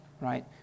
right